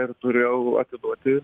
ir turėjau atiduoti